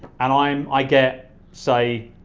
and i um i get say,